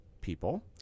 people